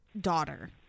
daughter